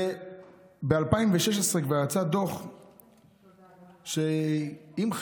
ב-2016 יצא דוח שאם,